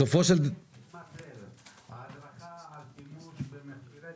בסוף צריך לשים את הדבר על השולחן ולהסתכל למציאות